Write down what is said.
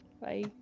Bye